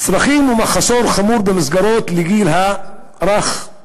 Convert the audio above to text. צרכים ומחסור חמור במסגרות לגיל הרך,